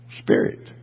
spirit